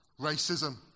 racism